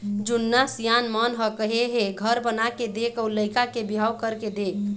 जुन्ना सियान मन ह कहे हे घर बनाके देख अउ लइका के बिहाव करके देख